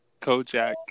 Kojak